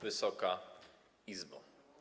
Wysoka Izbo!